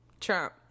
Trump